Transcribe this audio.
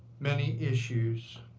many issues